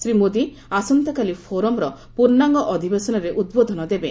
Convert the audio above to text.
ଶ୍ରୀ ମୋଦି ଆସନ୍ତାକାଲି ଫୋରମ୍ର ପ୍ରର୍ଷାଙ୍ଗ ଅଧିବେଶନରେ ଉଦ୍ବୋଧନ ଦେବେ